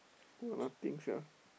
why got nothing sia